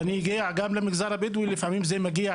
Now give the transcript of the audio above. ואני יודע שבמגזר הבדואי לפעמים זה מגיע